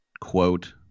quote